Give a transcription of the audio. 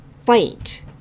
fight